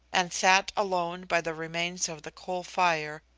and sat alone by the remains of the coal-fire,